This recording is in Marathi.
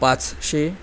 पाचशे